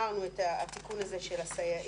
דיברנו על התיקון הזה של הסייעים,